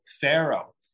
Pharaoh